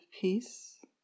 peace